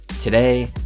Today